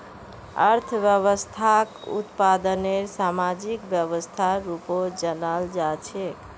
अर्थव्यवस्थाक उत्पादनेर सामाजिक व्यवस्थार रूपत जानाल जा छेक